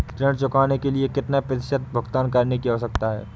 ऋण चुकाने के लिए कितना प्रतिशत भुगतान करने की आवश्यकता है?